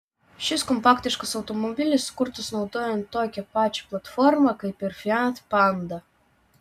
šis kompaktiškas automobilis sukurtas naudojant tokią pačią platformą kaip ir fiat panda